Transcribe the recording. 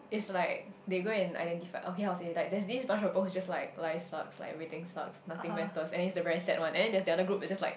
it's like they go and identify okay how to say like there's this bunch of people who's just like life sucks like everything sucks nothing matters and it's the very sad one and then there's the other group that is just like